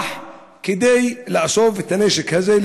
יש לו כל הכוח כדי לאסוף את הנשק הזה,